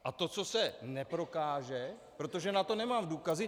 A to, co se neprokáže, protože na to nemám důkazy...